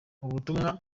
ubutumwa